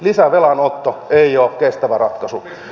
lisävelanotto ei ole kestävä ratkaisu